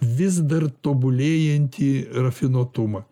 vis dar tobulėjantį rafinuotumą